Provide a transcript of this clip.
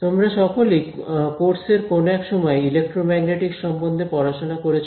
তোমরা সকলেই কোর্সের কোন এক সময়ে ইলেক্ট্রোম্যাগনেটিকস সম্বন্ধে পড়াশোনা করেছ